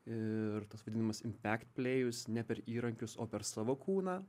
ir tas vadinamasis inpekt plejus ne per įrankius o per savo kūną